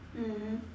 mmhmm